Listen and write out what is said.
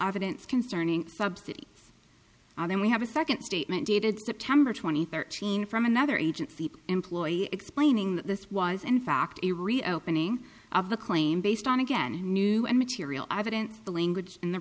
didn't concerning subsidy then we have a second statement dated september twenty third from another agency employee explaining that this was in fact a reopening of the claim based on again new and material evidence the language in the